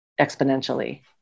exponentially